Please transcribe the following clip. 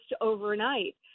overnight